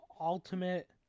Ultimate